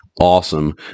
awesome